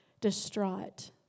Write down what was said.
distraught